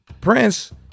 Prince